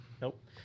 nope